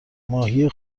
ماهی